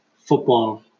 football